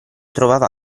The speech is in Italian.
trovava